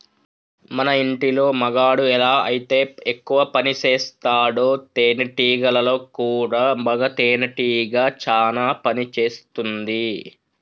మన ఇంటిలో మగాడు ఎలా అయితే ఎక్కువ పనిసేస్తాడో తేనేటీగలలో కూడా మగ తేనెటీగ చానా పని చేస్తుంది